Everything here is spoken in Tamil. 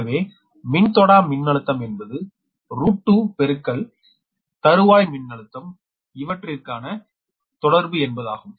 எனவே மின்தொடா மின்னழுத்தம் என்பது √3 பெருக்கல் தருவாய் மின்னழுத்தம் இவற்றிற்கான தொடர்பு என்பதாகும்